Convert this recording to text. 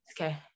okay